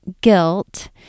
guilt